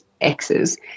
Xs